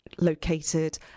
located